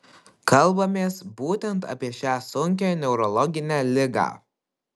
kalbamės būtent apie šią sunkią neurologinę ligą